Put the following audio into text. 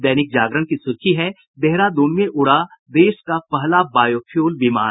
दैनिक जागरण की सुर्खी है देहरादून में उड़ा देश का पहला बायो फ्यूल विमान